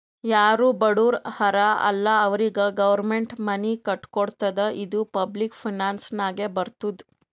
ಯಾರು ಬಡುರ್ ಹರಾ ಅಲ್ಲ ಅವ್ರಿಗ ಗೌರ್ಮೆಂಟ್ ಮನಿ ಕಟ್ಕೊಡ್ತುದ್ ಇದು ಪಬ್ಲಿಕ್ ಫೈನಾನ್ಸ್ ನಾಗೆ ಬರ್ತುದ್